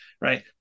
right